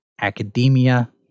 academia